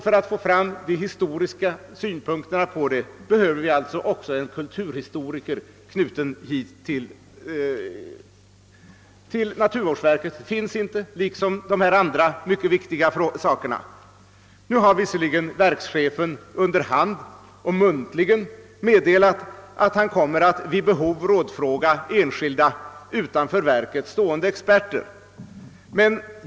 För att få fram historiska synpunkter behöver vi alltså få en kulturhistoriker knuten till naturvårdsverket. Någon sådan finns inte i detta verk. På samma sätt saknar verket möjlighet att ägna tillbörlig uppmärksamhet åt de andra här uppräknade förhållandena. Verkschefen har visserligen muntligen under hand meddelat att han vid behov kommer att rådfråga experter utanför verket.